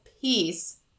peace